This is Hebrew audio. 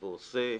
והוא עושה.